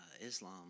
Islam